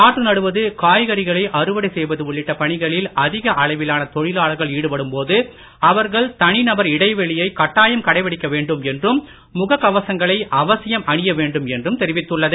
நாற்று நடுவது காய்கறிகளை அறுவடை செய்வது உள்ளிட்ட பணிகளில் அதிக அளவிலான தொழிலாளர்கள் ஈடுபடும் போது அவர்கள் தனி நபர் இடைவெளியை கட்டாயம் கடைப்பிடிக்க வேண்டும் என்றும் முக கவசங்களை அவசியம் அணிய வேண்டும் என்றும் தெரிவித்துள்ளது